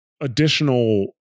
additional